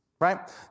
right